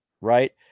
right